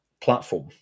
platform